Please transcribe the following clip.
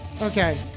Okay